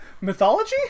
Mythology